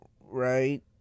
Right